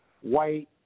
White